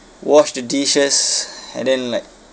wash the dishes and then like